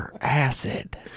Acid